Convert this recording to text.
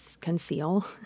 conceal